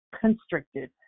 constricted